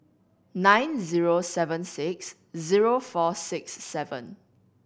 nine zero seven six zero four six seven